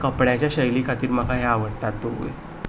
कपड्याच्या शैली खातीर म्हाका हे आवडटात दोगूय